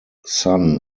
son